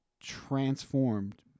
transformed